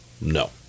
No